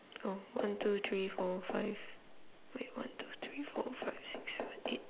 oh one two three four five wait one two three four five six seven eight